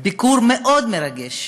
ביקור מאוד מרגש.